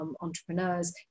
entrepreneurs